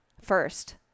First